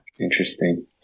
interesting